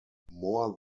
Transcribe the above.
more